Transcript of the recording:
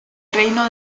reino